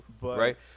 right